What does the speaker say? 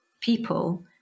people